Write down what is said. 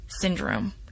syndrome